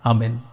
Amen